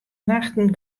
nachten